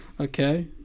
Okay